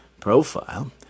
profile